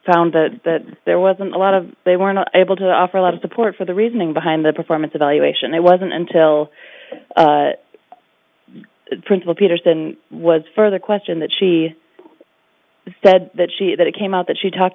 found that there wasn't a lot of they weren't able to offer a lot of support for the reasoning behind the performance evaluation it wasn't until the principal peterson was further question that she said that she that it came out that she talked